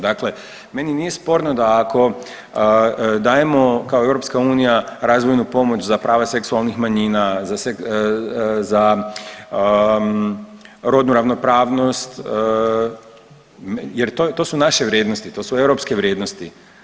Dakle, meni nije sporno da ako dajemo kao EU razvojnu pomoć za prava seksualnih manjina, za rodnu ravnopravnost jer to su naše vrijednosti, to su europske vrijednost.